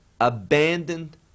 abandoned